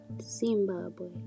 Zimbabwe